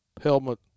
helmet